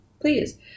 Please